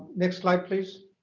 next slide, please.